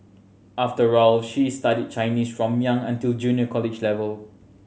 after all she is studied Chinese from young until junior college level